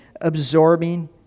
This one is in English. absorbing